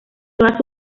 todas